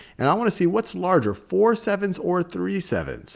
and i want to see what's larger, four seven or three seven.